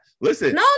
Listen